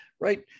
Right